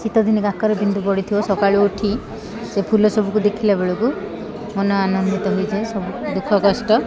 ଶୀତଦିନ କାକରରେ ବିନ୍ଦୁ ପଡ଼ିଥିବ ସକାଳୁ ଉଠି ସେ ଫୁଲ ସବୁକୁ ଦେଖିଲା ବେଳକୁ ମନ ଆନନ୍ଦିତ ହୋଇଥାଏ ସବୁ ଦୁଃଖ କଷ୍ଟ